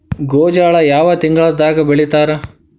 ಗೋಂಜಾಳ ಯಾವ ತಿಂಗಳದಾಗ್ ಬೆಳಿತಾರ?